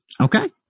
Okay